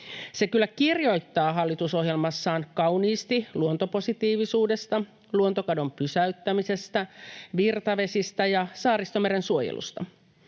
Se kyllä kirjoittaa hallitusohjelmassaan kauniisti luontopositiivisuudesta, luontokadon pysäyttämisestä, virtavesistä ja Saaristomeren suojelusta.